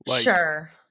Sure